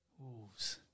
Wolves